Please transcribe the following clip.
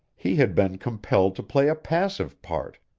he had been compelled to play a passive part.